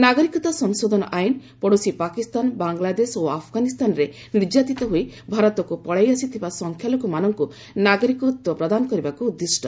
ନାଗରିକତା ସଂଶୋଧନ ଆଇନ ପଡ଼ୋଶୀ ପାକିସ୍ଥାନ ବାଂଲାଦେଶ ଓ ଆଫଗାନିସ୍ଥାନରେ ନିର୍ଯାତିତ ହୋଇ ଭାରତକୁ ପଳାଇ ଆସିଥିବା ସଫଖ୍ୟାଲଘୁମାନଙ୍କୁ ନାଗରିକତ୍ୱ ପ୍ରଦାନ କରିବାକୁ ଉଦ୍ଦିଷ୍ଟ